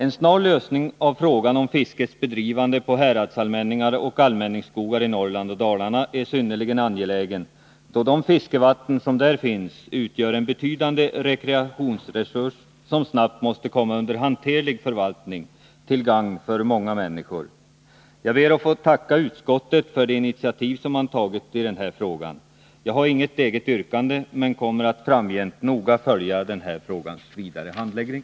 En snar lösning av frågan om fiskets bedrivande på häradsallmänningar och allmänningsskogar i Norrland och Dalarna är synnerligen angelägen, då de fiskevatten som där finns utgör en betydande rekreationsresurs, som snabbt måste komma under hanterlig förvaltning, till gagn för många människor. Jag ber att få tacka utskottet för det initiativ som man tagit i den här frågan. Jag har inget eget yrkande men kommer att framgent noga följa frågans vidare handläggning.